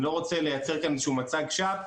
אני לא רוצה לייצר כאן איזה שהוא מצג שווא,